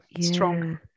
strong